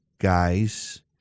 guys